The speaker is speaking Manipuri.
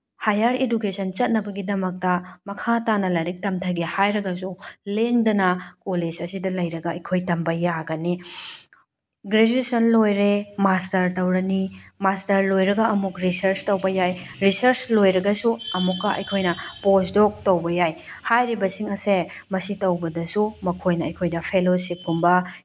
ꯍꯥꯏꯌꯔ ꯏꯗꯨꯀꯦꯁꯟ ꯆꯠꯅꯕꯒꯤꯗꯃꯛꯇ ꯃꯈꯥ ꯇꯥꯅ ꯂꯥꯏꯔꯤꯛ ꯇꯝꯊꯒꯦ ꯍꯥꯏꯔꯒꯁꯨ ꯂꯦꯡꯗꯅ ꯀꯣꯂꯦꯖ ꯑꯁꯤꯗ ꯂꯩꯔꯒ ꯑꯩꯈꯣꯏ ꯇꯝꯕ ꯌꯥꯒꯅꯤ ꯒ꯭ꯔꯦꯖ꯭ꯋꯦꯁꯟ ꯂꯣꯏꯔꯦ ꯃꯥꯁꯇꯔ ꯇꯧꯔꯅꯤ ꯃꯥꯁꯇꯔ ꯂꯣꯏꯔꯒ ꯑꯃꯨꯛ ꯔꯤꯁꯔꯁ ꯇꯧꯕ ꯌꯥꯏ ꯔꯤꯁꯔꯁ ꯂꯣꯏꯔꯒꯁꯨ ꯑꯃꯨꯛꯀ ꯑꯩꯈꯣꯏꯅ ꯄꯣꯁ ꯗꯣꯛ ꯇꯧꯕ ꯌꯥꯏ ꯍꯥꯏꯔꯤꯕꯁꯤꯡ ꯑꯁꯦ ꯃꯁꯤ ꯇꯧꯕꯗꯁꯨ ꯃꯈꯣꯏꯅ ꯑꯩꯈꯣꯏꯗ ꯐꯦꯂꯣꯁꯤꯞꯀꯨꯝꯕ